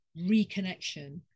reconnection